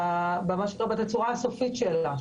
בצורה הסופית שלה,